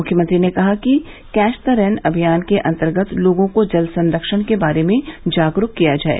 मुख्यमंत्री ने कहा कि कैच द रैन अभियान के अंतर्गत लोगों को जल संरक्षण के बारे में जागरूक किया जाये